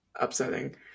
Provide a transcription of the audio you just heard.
upsetting